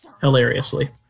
hilariously